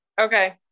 Okay